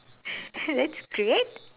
that's great